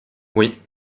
oui